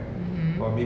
mmhmm